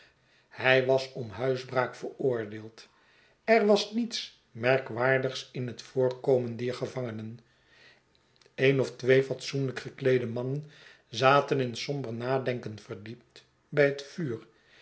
hij was om huisbraak veroordeeld er was niets merkwaardigs in het voorkomen di er gevangenen eenof twee fatsoenlijk gekieede mannen zaten in somber nadenkeh verdiept bij het vuur